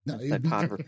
No